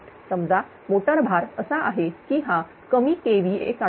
समजा मोटर भार असा आहे की हा कमी kVA काढतो